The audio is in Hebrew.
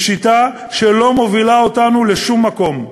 היא שיטה שלא מובילה אותנו לשום מקום.